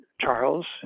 Charles